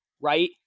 right